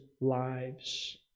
lives